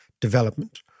development